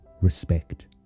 respect